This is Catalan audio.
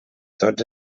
tots